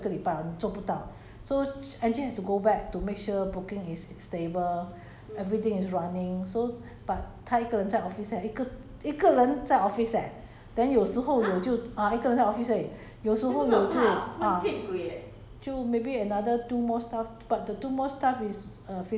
um 差不多要二十多张 leh then 一个我们现在有十几二十个 job 一个礼拜我们做不到 so she angie has to go back to make sure booking is stable everything is running so but 她一个人在 office leh 一个一个人在 office leh then 有时候我就 uh 一个人在 office 而已有时候我就 uh